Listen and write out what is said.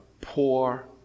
poor